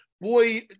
boy